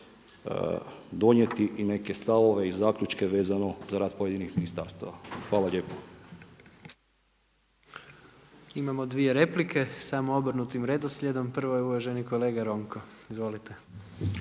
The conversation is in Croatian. donijeti i neke stavove i zaključke za rad pojedinih ministarstava. Hvala lijepo. **Jandroković, Gordan (HDZ)** Imamo dvije replike samo obrnutim redoslijedom, prvi je uvaženi kolega Ronko. Izvolite.